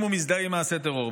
אם הוא מזדהה עם מעשה טרור.